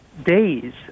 days